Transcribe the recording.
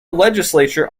legislature